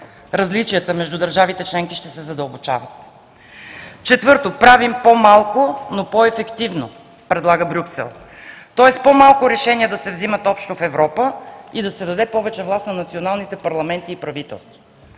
различията между държавите членки ще се задълбочават. Четвърто, да правим по-малко, но по-ефективно предлага Брюксел, тоест по-малко решения да се взимат общо в Европа и да се даде повече власт на националните парламенти и правителства.